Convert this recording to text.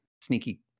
sneaky